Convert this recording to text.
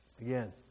Again